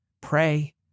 Pray